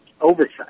oversight